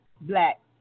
black